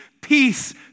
peace